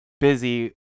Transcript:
busy